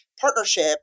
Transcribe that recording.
partnership